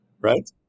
right